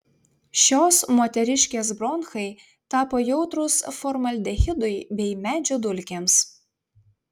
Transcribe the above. šios moteriškės bronchai tapo jautrūs formaldehidui bei medžio dulkėms